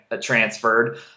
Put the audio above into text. transferred